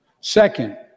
Second